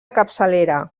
capçalera